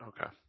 Okay